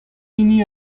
hini